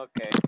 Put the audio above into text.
Okay